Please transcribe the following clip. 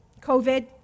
COVID